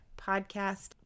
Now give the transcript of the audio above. podcast